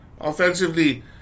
Offensively